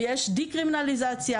ויש דה-קרימינליזציה.